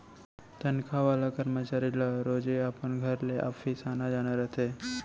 तनखा वाला करमचारी ल रोजे अपन घर ले ऑफिस आना जाना रथे